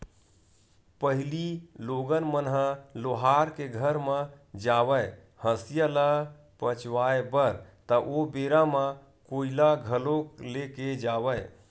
पहिली लोगन मन ह लोहार के घर म जावय हँसिया ल पचवाए बर ता ओ बेरा म कोइला घलोक ले के जावय